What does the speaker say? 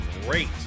great